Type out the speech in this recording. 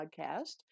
podcast